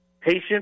patient